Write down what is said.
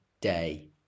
day